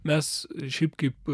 mes šiaip kaip